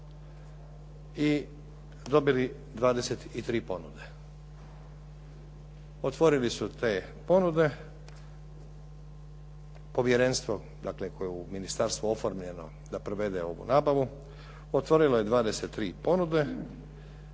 i dobili 23 ponude. Otvorili su te ponude, povjerenstvo dakle koje je u ministarstvu oformljeno da provede ovu nabavu otvorilo je 23 ponude